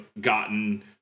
gotten